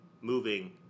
moving